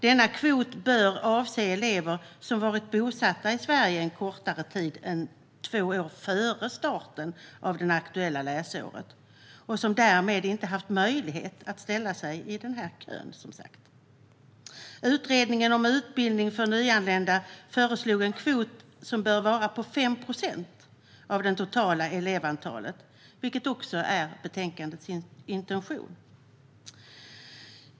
Denna kvot bör avse elever som varit bosatta i Sverige kortare tid än två år före starten av det aktuella läsåret och som därmed inte haft möjlighet att ställa sig i kön. Utredningen om utbildning för nyanlända föreslog en kvot som bör vara på 5 procent av det totala elevantalet, vilket också är betänkandets intention.